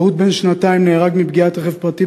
פעוט בן שנתיים נהרג מפגיעת רכב פרטי